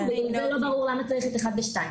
לא ברור למה צריך את (1) ו-(2).